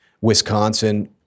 Wisconsin